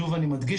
שוב אני מדגיש,